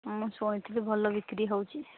ମୁଁ ଶୁଣି ଥିଲି ଭଲ ବିକ୍ରି ହେଉଛି